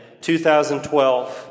2012